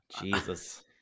Jesus